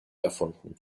erfunden